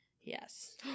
Yes